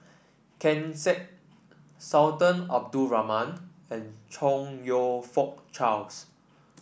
Ken Seet Sultan Abdul Rahman and Chong You Fook Charles